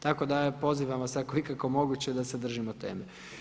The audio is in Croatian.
Tako da pozivam vas ako je ikako moguće da se držimo teme.